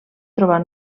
trobar